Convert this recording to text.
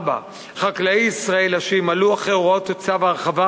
4. חקלאי ישראל אשר ימלאו אחרי הוראות צו ההרחבה